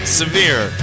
severe